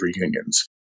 reunions